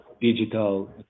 digital